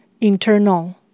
internal